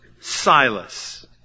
Silas